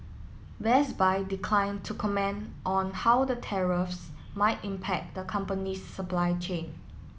Best Buy decline to comment on how the tariffs might impact the company's supply chain